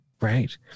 Right